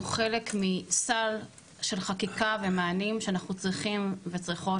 חלק מסל של חקיקה ומענים שאנחנו צריכים וצריכות